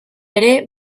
ere